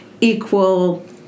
equal